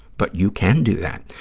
but you can do that.